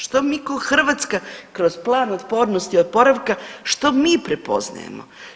Što mi ko Hrvatska kroz plan otpornosti i oporavka što mi prepoznajemo?